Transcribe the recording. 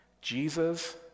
Jesus